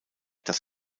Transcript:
dass